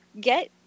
get